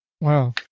wow